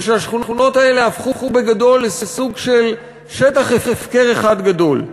והשכונות האלה הפכו בגדול לסוג של שטח הפקר אחד גדול.